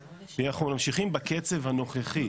אם אנחנו ממשיכים בקצב הנוכחי.